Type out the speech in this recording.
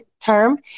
term